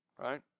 right